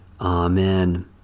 Amen